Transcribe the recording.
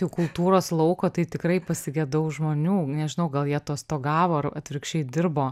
jų kultūros lauko tai tikrai pasigedau žmonių nežinau gal jie atostogavo ar atvirkščiai dirbo